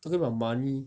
talking about money